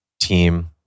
team